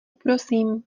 prosím